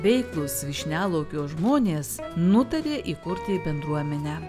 veiklūs vyšnialaukio žmonės nutarė įkurti bendruomenę